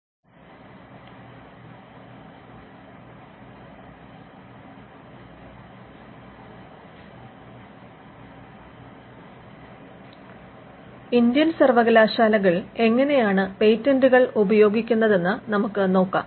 universities patents Indian സർവകലാശാലകൾ എങ്ങനെയാണ് പേറ്റന്റുകൾ ഉപയോഗിക്കുന്നതെന്ന് നമുക്ക് നോക്കാം